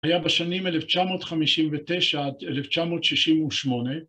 ‫היה בשנים 1959-1968.